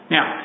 Now